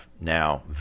now